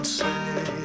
say